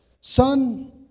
son